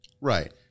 Right